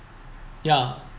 ya